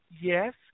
Yes